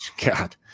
god